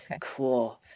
Cool